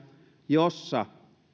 jossa